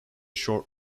short